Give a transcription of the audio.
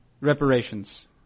reparations